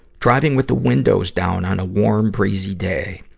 driving with the windows down on a warm, breezy day.